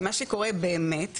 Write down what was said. כי מה שקורה באמת,